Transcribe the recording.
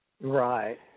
Right